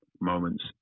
moments